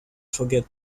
forget